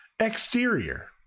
exterior